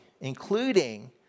including